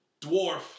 dwarf